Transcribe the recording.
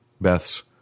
Beth's